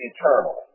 eternal